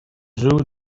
zoo